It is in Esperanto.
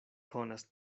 konas